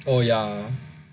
oh ya